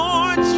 Lord